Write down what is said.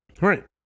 Right